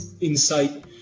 insight